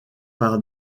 par